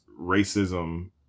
racism